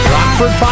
Rockford